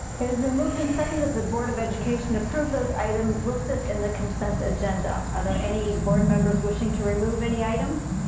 it has been moved and seconded that the board of education approve those items listed in the consent agenda. are there any board members wishing to remove any items?